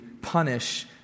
punish